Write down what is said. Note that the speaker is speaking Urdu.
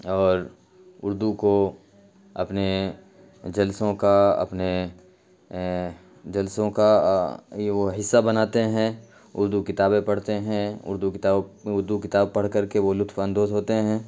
اور اردو کو اپنے جلسوں کا اپنے جلسوں کا یہ وہ حصہ بناتے ہیں اردو کتابیں پڑھتے ہیں اردو اردو کتاب پڑھ کر کے وہ لطف اندوز ہوتے ہیں